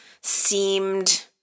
seemed